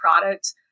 product